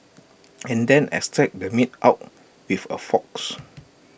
and then extract the meat out with A forks